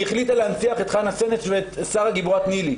החליטה להנציח את חנה סנש ואת שרה גיבורת ניל"י.